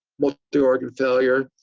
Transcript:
multi-organ failure.